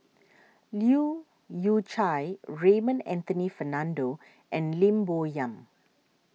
Leu Yew Chye Raymond Anthony Fernando and Lim Bo Yam